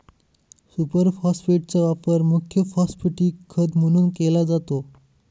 super फॉस्फेटचा वापर मुख्य फॉस्फॅटिक खत म्हणून केला जातो